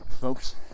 Folks